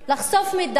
לחשוף מידע.